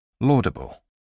Laudable